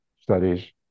studies